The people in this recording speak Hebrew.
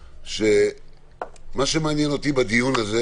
מה שמעניין אותי בדיון הזה